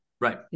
Right